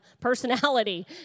personality